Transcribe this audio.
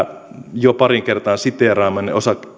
jo pariin kertaan siteeraamani